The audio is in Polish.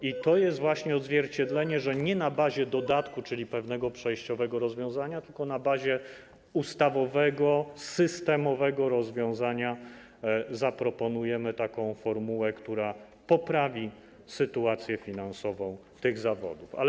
I to jest właśnie odzwierciedlenie tego, że nie na bazie dodatku, czyli pewnego przejściowego rozwiązania, tylko na bazie ustawowego, systemowego rozwiązania zaproponujemy taką formułę, która poprawi sytuację finansową w tych zawodach.